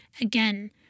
Again